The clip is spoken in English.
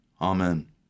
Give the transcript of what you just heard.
Amen